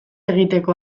egiteko